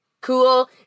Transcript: cool